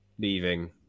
leaving